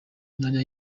myanya